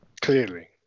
clearly